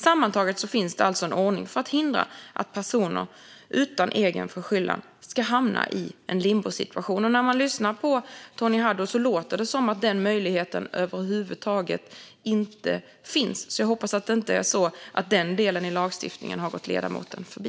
Sammantaget finns alltså en ordning för att hindra att personer utan egen förskyllan hamnar i en limbosituation. När man lyssnar på Tony Haddou låter det som att denna möjlighet över huvud taget inte finns, och jag hoppas att den delen av lagstiftningen inte har gått ledamoten förbi.